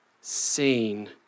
seen